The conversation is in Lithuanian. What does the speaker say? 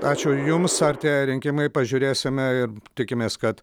ačiū jums artėja rinkimai pažiūrėsime ir tikimės kad